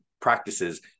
practices